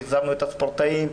והחזרנו את הספורטאים,